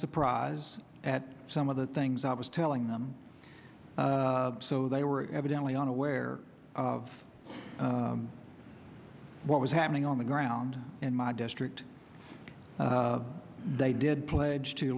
surprise at some of the things i was telling them so they were evidently unaware of what was happening on the ground in my district they did pledge to